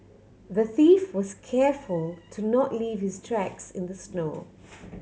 the thief was careful to not leave his tracks in the snow